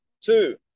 two